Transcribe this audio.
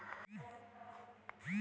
फसल तौले ला मिटर काटा ठिक होही?